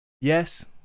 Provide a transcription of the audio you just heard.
yes